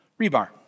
rebar